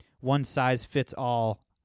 one-size-fits-all